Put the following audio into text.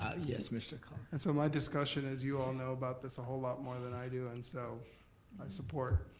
ah yes, mr. colon and so my discussion, as you all know about this a whole lot more than i do, and so i support